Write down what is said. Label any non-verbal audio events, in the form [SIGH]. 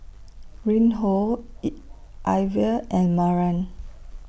Reinhold [UNINTELLIGIBLE] Iver and Maren